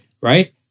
Right